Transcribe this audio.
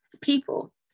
people